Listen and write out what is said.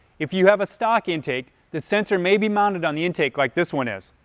if you have a stock intake, the sensor may be mounted on the intake like this one is,